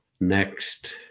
next